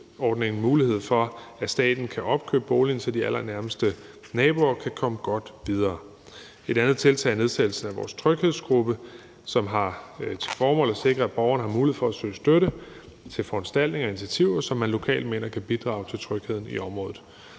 mulighed for, at staten kan opkøbe boligen, så de allernærmeste naboer kan komme godt videre. Et andet tiltag er nedsættelsen af vores tryghedsgruppe, som har til formål at sikre, at borgerne har mulighed for at søge støtte til foranstaltninger og initiativer, som man lokalt mener kan bidrage til trygheden i området.